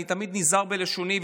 אני תמיד נזהר בלשוני,